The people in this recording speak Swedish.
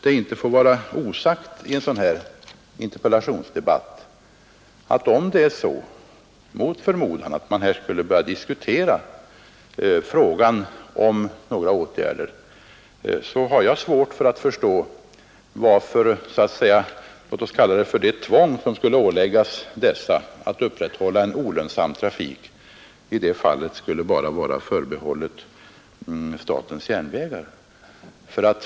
Jag har svårt att förstå varför låt oss kalla det tvånget att upprätthålla olönsam trafik skulle vara förbehållet SJ.